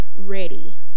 ready